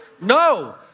No